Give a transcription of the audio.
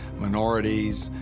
minorities,